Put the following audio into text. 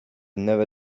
never